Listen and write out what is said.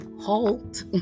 Halt